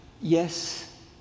Yes